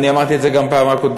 ואני אמרתי את זה גם בפעם הקודמת,